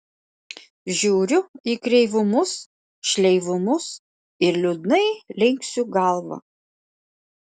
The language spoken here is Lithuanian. žiūriu į kreivumus šleivumus ir liūdnai linksiu galvą